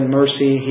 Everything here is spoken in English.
mercy